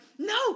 No